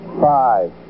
five